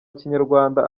kinyarwanda